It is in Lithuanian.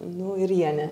nu ir jie ne